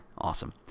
Awesome